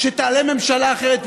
שתעלה ממשלה אחרת,